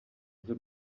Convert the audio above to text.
z’u